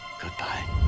Goodbye